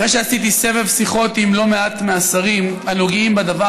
אחרי שעשיתי סבב שיחות עם לא מעט מהשרים הנוגעים בדבר,